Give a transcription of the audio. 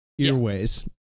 earways